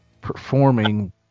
performing